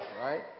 Right